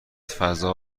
فضا